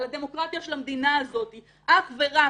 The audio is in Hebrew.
על הדמוקרטיה של המדינה הזאת אך ורק